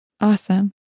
Awesome